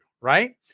right